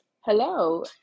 hello